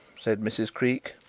said mrs. creake.